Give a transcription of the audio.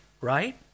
right